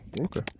Okay